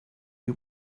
you